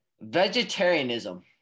Vegetarianism